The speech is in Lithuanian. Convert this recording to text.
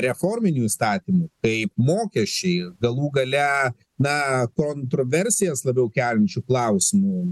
reforminių įstatymų kaip mokesčiai galų gale na kontroversijas labiau keliančių klausimų